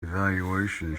evaluation